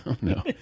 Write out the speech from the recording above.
no